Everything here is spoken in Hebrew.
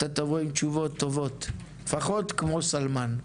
אתה תבוא עם תשובות טובות לפחות כמו סלמאן,